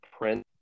print